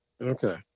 Okay